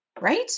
right